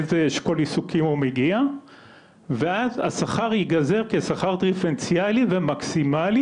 לאיזה אשכול עיסוקים הוא מגיע ואז השכר ייגזר כשכר דיפרנציאלי ומקסימלי,